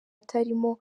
atarimo